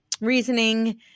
reasoning